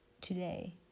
today